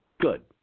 Good